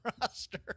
roster